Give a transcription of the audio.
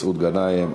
מסעוד גנאים,